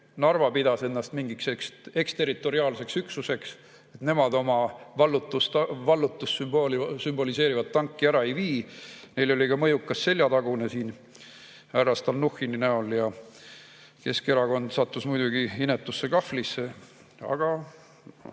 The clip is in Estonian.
Narva pidas ennast mingiks eksterritoriaalseks üksuseks, et nemad oma vallutust sümboliseerivat tanki ära ei vii. Neil oli ka mõjukas seljatagune siin härra Stalnuhhini näol. Keskerakond sattus muidugi inetusse kahvlisse. Aga